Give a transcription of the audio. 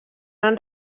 han